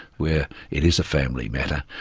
where it is a family matter,